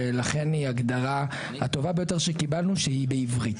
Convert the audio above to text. ולכן היא ההגדרה הטובה ביותר שקיבלנו שהיא בעברית,